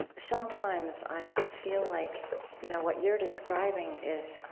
sometimes, i ah feel like you know what you're describing is,